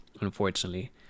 unfortunately